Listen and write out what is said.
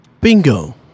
bingo